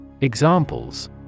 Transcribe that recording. Examples